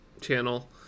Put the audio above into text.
channel